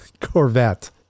Corvette